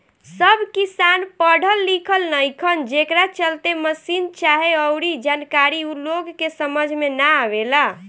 सब किसान पढ़ल लिखल नईखन, जेकरा चलते मसीन चाहे अऊरी जानकारी ऊ लोग के समझ में ना आवेला